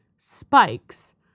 spikes